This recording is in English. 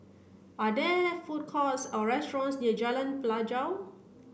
are there food courts or restaurants near Jalan Pelajau